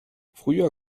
früher